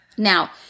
Now